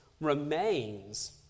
remains